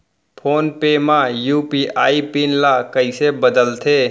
Phone पे म UPI PIN ल कइसे बदलथे?